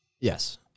Yes